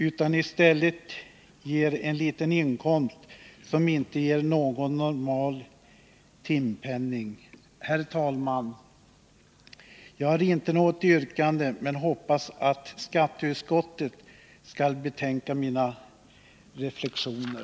Denna sysselsättning ger en liten inkomst, som inte motsvarar någon normal timpenning. Herr talman! Jag har inte något yrkande, men hoppas att skatteutskottet skall betänka mina reflexioner.